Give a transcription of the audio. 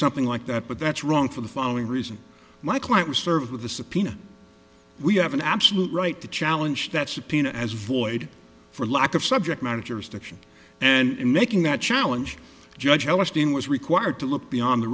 something like that but that's wrong for the following reason my client was served with a subpoena we have an absolute right to challenge that subpoena as void for lack of subject managers diction and making that challenge judge hellerstein was required to look beyond the